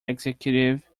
executive